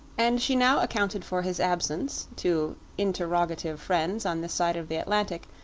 and she now accounted for his absence, to interrogative friends on this side of the atlantic,